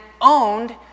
owned